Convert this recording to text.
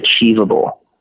achievable